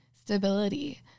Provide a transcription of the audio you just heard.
stability